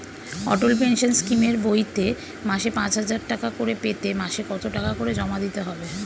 অটল pension স্কিমের বইতে মাসে পাঁচ হাজার টাকা করে পেতে মাসে কত টাকা করে জমা দিতে হবে?